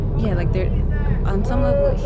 yeah, like, there on some level,